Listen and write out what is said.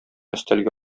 өстәлгә